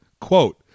Quote